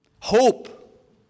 Hope